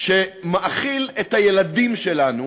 שמאכיל את הילדים שלנו,